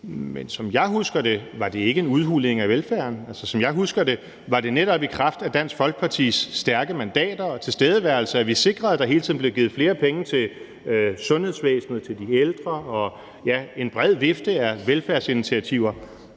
men som jeg husker det, var det ikke en udhuling af velfærden. Altså, som jeg husker det, var det netop i kraft af Dansk Folkepartis stærke mandater og tilstedeværelse, at vi sikrede, at der hele tiden blev givet flere penge til sundhedsvæsenet og til de ældre – ja, til en bred vifte af velfærdsinitiativer.